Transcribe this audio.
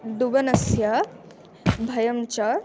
डुबनस्य भयं च